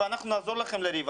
אנחנו נעזור לכם לריב.